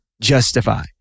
justify